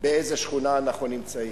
באיזו שכונה אנחנו נמצאים.